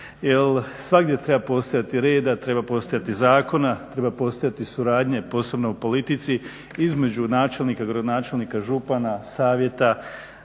svagdje treba postojati reda, treba postojati zakona, treba postojati suradnje, posebno u politici, između načelnika, gradonačelnika, župana, savjeta